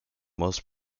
most